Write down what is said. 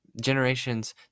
generations